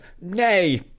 nay